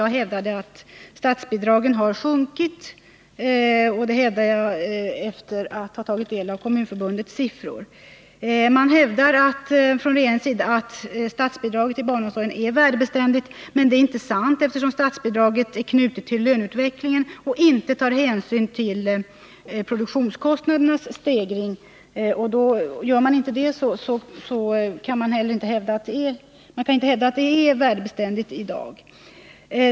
Jag hävdade att statsbidragen har sjunkit, vilket jag gör efter att ha tagit del av Kommunförbundets siffror. Regeringen säger att statsbidraget till barnomsorgen är värdebeständigt, men det är inte sant, eftersom statsbidraget är knutet till löneutvecklingen och inte tar hänsyn till produktionskostnadernas stegring. Då kan man heller inte hävda att statsbidraget är värdebeständigt i dag.